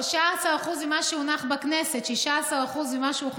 13% ממה שהונח בכנסת, 16% ממה שהונח